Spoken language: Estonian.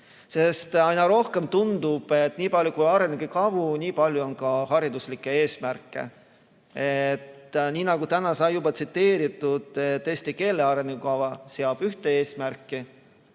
Aina rohkem tundub, et niipalju kui on arengukavu, niipalju on ka hariduslikke eesmärke. Nii nagu täna sai juba tsiteeritud, eesti keele arengukava seab ühe eesmärgi,